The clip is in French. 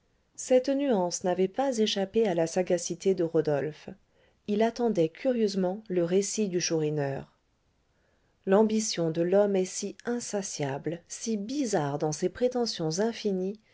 cette nuance n'avait pas échappé à la sagacité de rodolphe il attendait curieusement le récit du chourineur l'ambition de l'homme est si insatiable si bizarre dans ses prétentions infinies